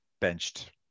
benched